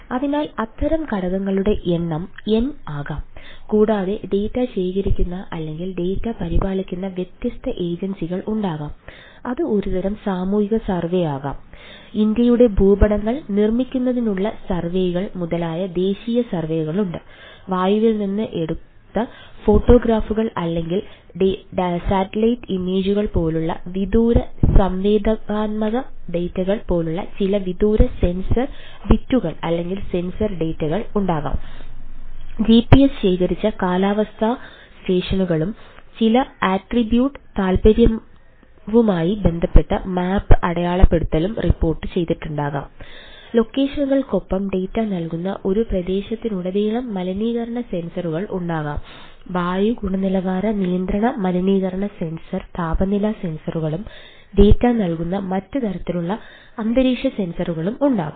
അതിനാൽ അത്തരം ഘടനകളുടെ എണ്ണം n ആകാം കൂടാതെ ഡാറ്റ നൽകുന്ന മറ്റ് തരത്തിലുള്ള അന്തരീക്ഷ സെൻസറുകളും ഉണ്ടാകാം